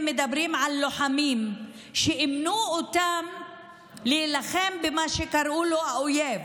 הם מדברים על לוחמים שאימנו אותם להילחם במה שקראו לו "האויב",